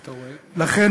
לכן,